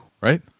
right